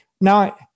Now